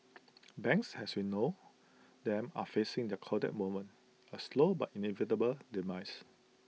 banks as we know them are facing their Kodak moment A slow but inevitable demise